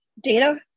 data